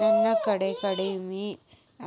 ನನ್ ಕಡೆ ಉತ್ಪನ್ನ ಕಡಿಮಿ